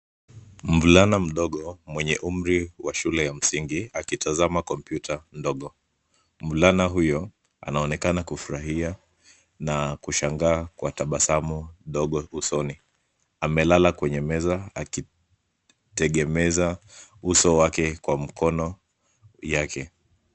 Mvulana mdogo mwenye umri wa shule ya msingi, akitazama kompyuta dogo. Mvulana huyo anaonekana kufurahia na kushangaa kwa tabasamu dogo usoni. Amelala kwenye meza akitegemeza uso wake kwa mkono yake.